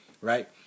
right